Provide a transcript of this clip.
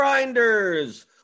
Grinders